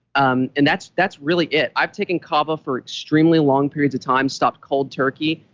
um and that's that's really it. i've taken kava for extremely long periods of time, stopped cold turkey,